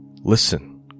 Listen